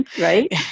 right